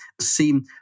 seem